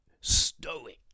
stoic